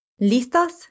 Listos